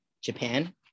Japan